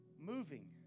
moving